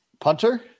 Punter